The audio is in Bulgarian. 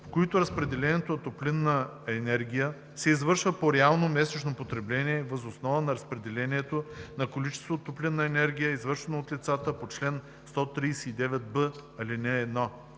в които разпределението на топлинна енергия се извършва по реално месечно потребление въз основа на разпределението на количеството топлинна енергия, извършено от лицата по чл. 139б, ал. 1,